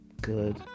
good